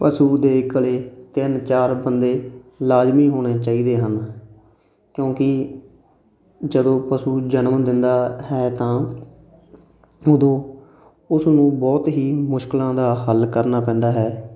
ਪਸੂ ਦੇ ਕੋਲ ਤਿੰਨ ਚਾਰ ਬੰਦੇ ਲਾਜ਼ਮੀ ਹੋਣੇ ਚਾਹੀਦੇ ਹਨ ਕਿਉਂਕਿ ਜਦੋਂ ਪਸ਼ੂ ਜਨਮ ਦਿੰਦਾ ਹੈ ਤਾਂ ਉਦੋਂ ਉਸ ਨੂੰ ਬਹੁਤ ਹੀ ਮੁਸ਼ਕਿਲਾਂ ਦਾ ਹੱਲ ਕਰਨਾ ਪੈਂਦਾ ਹੈ